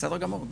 בסדר גמור.